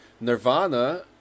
Nirvana